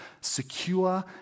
secure